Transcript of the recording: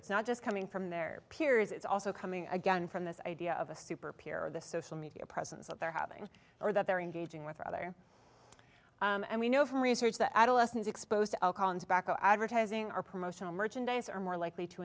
it's not just coming from their peers it's also coming again from this idea of a super peer the social media presence that they're having or that they're engaging with other and we know from research that adolescents exposed to alcohol and tobacco advertising or promotional merchandise are more likely to